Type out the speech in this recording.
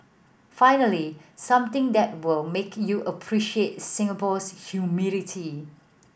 finally something that will make you appreciate Singapore's humidity